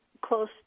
close